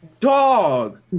dog